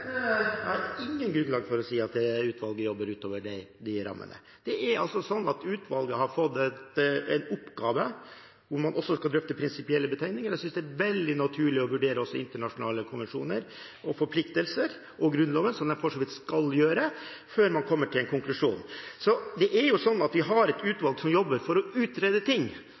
Jeg har ikke noe grunnlag for å si at utvalget jobber utover de rammene. Utvalget har fått i oppgave å også drøfte prinsipielle betenkeligheter, og jeg synes det er veldig naturlig å vurdere også internasjonale konvensjoner og forpliktelser og Grunnloven, som de for så vidt skal gjøre før man kommer til en konklusjon. Vi har et utvalg som jobber med å utrede ting,